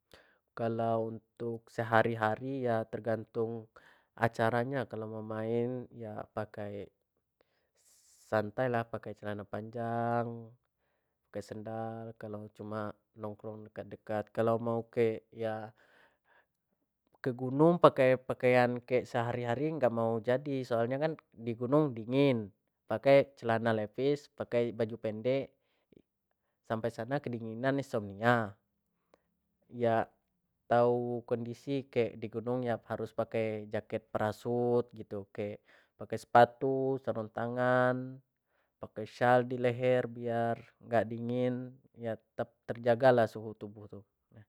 Kalau untuk sehari-hari ya tergantung acara nya ya kalau mau main ya pakai s-s-santai lah pakai celana panjang, pakai sendal kalau cuma nongkrong dekat-dekat kalau mau ya ke gunung pakai pakaian sehari hari gak mau jadi soal nyo kan di gunung dingin pakai celana levis pakai baju pendek sampai sano kedinginan, insomnia ya tau kondisi kek di gunung yo harus pake jaket parasut gitu kek pake sepatu, sarung tangan, pake syal di leher biar gak dingin ya terjaga lah suhu tubuh tu.